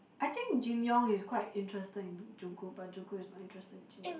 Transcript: I think Jin-Young is quite interesting Jong-Kook but Jong-Kook is more interesting than Jin-Young